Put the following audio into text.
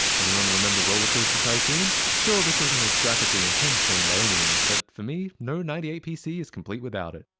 anyone remember rollercoaster tycoon? sure this isn't a graphically intense game by any means, but for me, no ninety eight pc is complete without it.